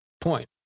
point